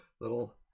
little